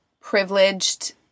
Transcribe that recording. privileged